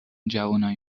جوونای